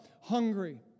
hungry